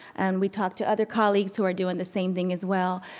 and we talked to other colleagues who are doing the same thing as well.